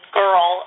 girl